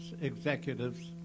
executives